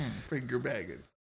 Finger-bagging